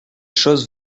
choses